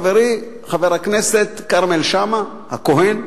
חברי חבר הכנסת כרמל שאמה-הכהן,